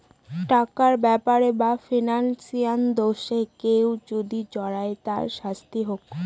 টাকার ব্যাপারে বা ফিনান্সিয়াল দোষে কেউ যদি জড়ায় তার শাস্তি হোক